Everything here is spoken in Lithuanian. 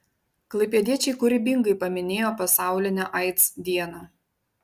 klaipėdiečiai kūrybingai paminėjo pasaulinę aids dieną